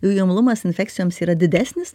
jų imlumas infekcijoms yra didesnis